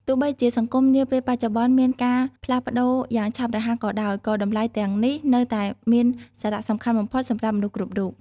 ទោះបីជាសង្គមនាពេលបច្ចុប្បន្នមានការផ្លាស់ប្តូរយ៉ាងឆាប់រហ័សក៏ដោយ ក៏តម្លៃទាំងនេះនៅតែមានសារៈសំខាន់បំផុតសម្រាប់មនុស្សគ្រប់រូប។